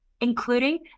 including